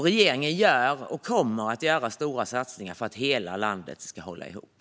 Regeringen gör och kommer att göra stora satsningar för att hela landet ska hålla ihop.